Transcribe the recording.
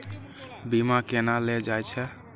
बीमा केना ले जाए छे?